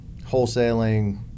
wholesaling